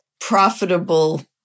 profitable